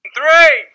three